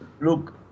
look